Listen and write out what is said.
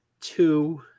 two